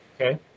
okay